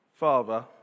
Father